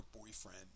boyfriend